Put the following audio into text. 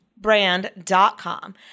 brand.com